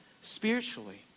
spiritually